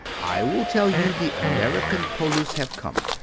i will tell you the american poilus have come.